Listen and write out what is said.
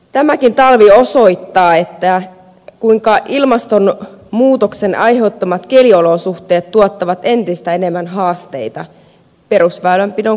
tämäkin talvi osoittaa kuinka ilmastonmuutoksen aiheuttamat keliolosuhteet tuottavat entistä enemmän haasteita perusväylänpidon kunnossapitoon